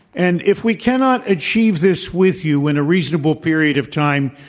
and if we cannot achieve this with you in a reasonable period of time,